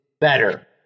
better